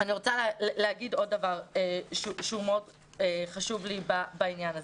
אני רוצה לומר עוד דבר שהוא מאוד חשוב לי בעניין הזה.